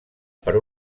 per